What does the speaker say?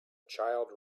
child